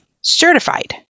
certified